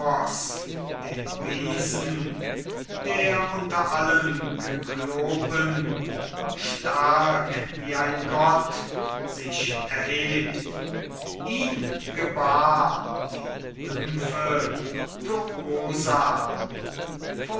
den riesen der unter allen kyklopen stark wie ein gott sich erhebt ihn gebar die nymphe